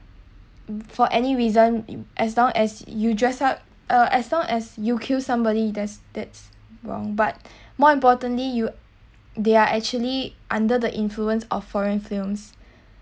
for any reason in as long as you dress up uh as long as you kill somebody you does that's wrong but more importantly you there are actually under the influence of foreign films